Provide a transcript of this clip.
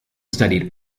studied